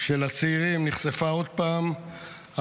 של הצעירים נחשפה עוד פעם,